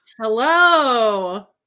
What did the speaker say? Hello